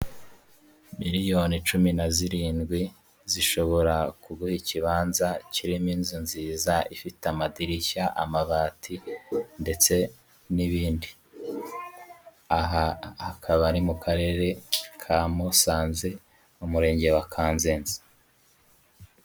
Miliyoni cumi na zirindwi zishobora kuguha ikibanza kirimo inzu nziza ifite amadirishya, amabati ndetse n'ibindi. Aha akaba ari mu karere ka Musanze, Umurenge wa Kanzenze.